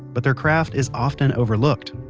but they're craft is often overlooked.